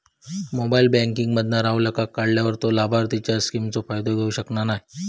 mobile banking मधना राहूलका काढल्यार तो लाभार्थींच्या स्किमचो फायदो घेऊ शकना नाय